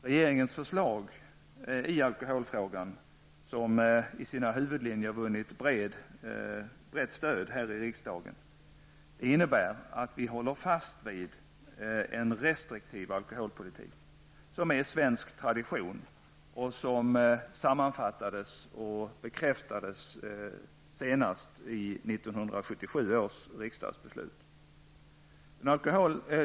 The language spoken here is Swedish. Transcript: Regeringens förslag i alkoholfrågan, som i sina huvudlinjer vunnit brett stöd här i riksdagen, innebär att vi håller fast vid en restriktiv alkoholpolitik, vilket är svensk tradition och vilket sammanfattades och bekräftades senast i 1977 års riksdagsbeslut.